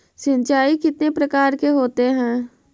सिंचाई कितने प्रकार के होते हैं?